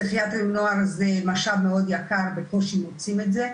פסיכיאטרים לנוער זה משאב מאוד יקר ובקושי מוצאים את זה,